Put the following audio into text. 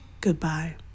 Goodbye